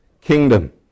kingdom